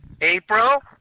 April